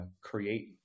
create